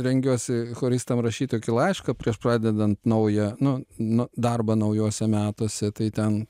rengiuosi choristam rašyt tokį laišką prieš pradedant naują nu nu darbą naujuose metuose tai ten